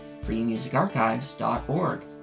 freemusicarchives.org